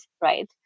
right